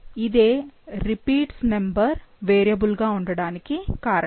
ఇదే repeats number variable గా ఉండడానికి కారణం